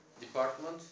department